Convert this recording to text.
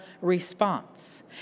response